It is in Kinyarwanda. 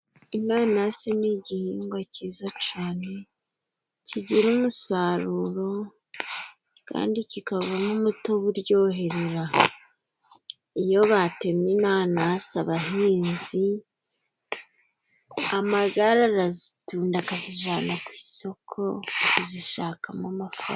Inanasi ni igihingwa cyiza cane, kigira umusaruro kandi kikavamo umutobe uryoherera. Iyo batemye inanasi abahinzi, amagare arazitunda akazijana ku isoko kuzishakamo amafaranga.